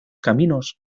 caminos